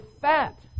fat